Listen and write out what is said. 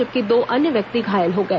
जबकि दो अन्य व्यक्ति घायल हो गए